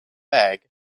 bag